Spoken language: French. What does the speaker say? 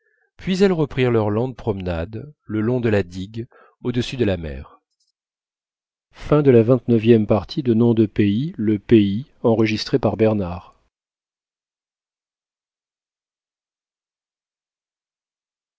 puis elles reprirent leur lente promenade le long de la digue au-dessus de la mer